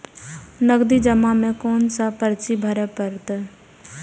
नगदी जमा में कोन सा पर्ची भरे परतें?